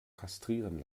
kastrieren